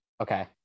Okay